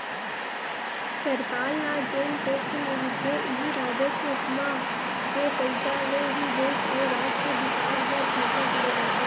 सरकार ल जेन टेक्स मिलथे इही राजस्व म के पइसा ले ही देस अउ राज के बिकास बर खरचा करे जाथे